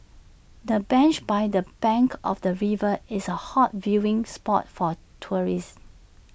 the bench by the bank of the river is A hot viewing spot for tourists